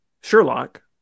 Sherlock